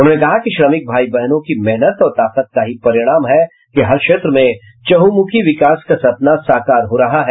उन्होंने कहा कि श्रमिक भाई बहनों की मेहनत और ताकत का ही परिणाम है कि हर क्षेत्र में चहुंमुखी विकास का सपना साकार हो रहा है